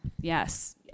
yes